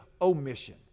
omission